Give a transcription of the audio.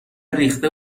ریخته